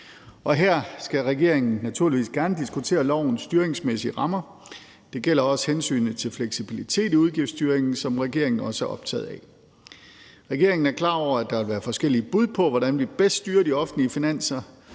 her skal regeringen naturligvis gerne diskutere lovens styringsmæssige rammer. Det gælder også hensynet til fleksibilitet i udgiftsstyringen, som regeringen også er optaget af. Regeringen er klar over, at der vil være forskellige bud på, hvordan vi bedst styrer de offentlige finanser,